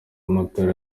amatorero